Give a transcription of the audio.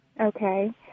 okay